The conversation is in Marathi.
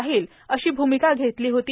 राहील अशी भूमिका घेतली होती